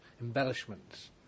embellishments